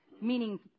meaning